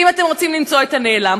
ואם אתם רוצים למצוא את הנעלם,